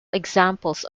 examples